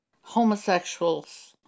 Homosexuals